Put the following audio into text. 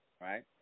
Right